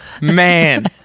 man